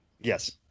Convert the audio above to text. Yes